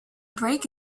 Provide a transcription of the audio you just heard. break